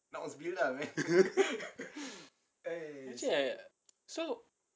actually I so